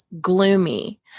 gloomy